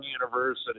university